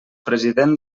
president